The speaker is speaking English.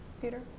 Peter